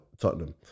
Tottenham